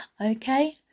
Okay